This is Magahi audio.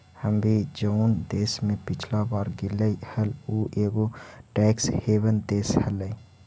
हम भी जऊन देश में पिछला बार गेलीअई हल ऊ एगो टैक्स हेवन देश हलई